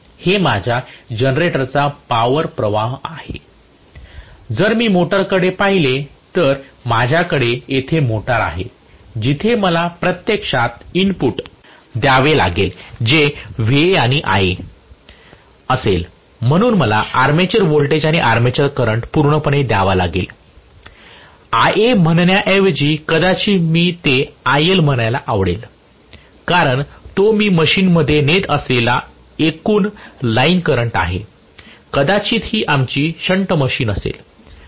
हे माझ्या जनरेटरचा पावर प्रवाह आहे जर मी मोटारकडे पाहिले तर माझ्याकडे येथे मोटार आहे जिथे मला प्रत्यक्षात इनपुट द्यावे लागेल जे Va आणि Ia असेल म्हणून मला आर्मेचर व्होल्टेज आणि आर्मेचर करंट पूर्णपणे द्यावा लागेल Ia म्हणण्याऐवजी कदाचित मला ते IL म्हणायला आवडेल कारण तो मी मशीनमध्ये नेत असलेला एकूण लाईन करंट आहे कदाचित ही एखादी शंट मशीन असेल